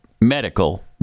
medical